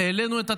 העלינו את התקציב,